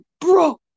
bro